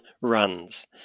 runs